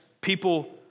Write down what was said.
people